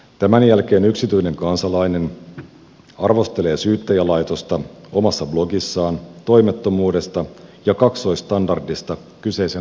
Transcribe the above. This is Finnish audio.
tämän jälkeen yksityinen kansalainen arvostelee syyttäjälaitosta omassa blogissaan toimettomuudesta ja kaksoisstandardista kyseisen lakipykälän tulkinnassa